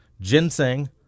ginseng